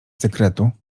sekretu